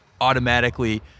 automatically